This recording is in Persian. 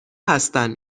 هستن